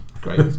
Great